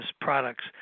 products